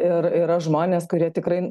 ir yra žmonės kurie tikrai